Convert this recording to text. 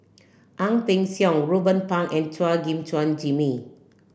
Ang Peng Siong Ruben Pang and Chua Gim Chuan Jimmy